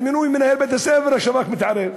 במינוי מנהל בית-ספר השב"כ מתערב,